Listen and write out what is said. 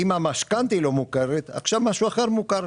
אם המשכנתא לא מוכרת עכשיו משהו אחר מוכר.